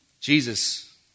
Jesus